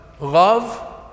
Love